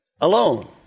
alone